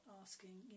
asking